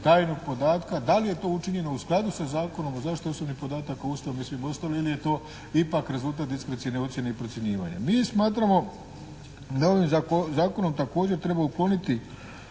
tajnog podatka, da li je to učinjeno u skladu sa Zakonom o zaštiti osobnih podataka, Ustavom i svim ostalima ili je to ipak rezultat diskrecione ocjene i procjenjivanja. Mi smo smatramo da ovim zakonom također treba ukloniti